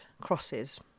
crosses